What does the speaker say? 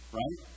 right